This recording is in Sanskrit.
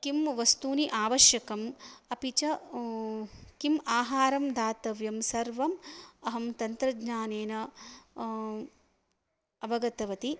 किं वस्तूनि आवश्यकम् अपि च किम् आहारं दातव्यं सर्वम् अहं तन्त्रज्ञानेन अवगतवती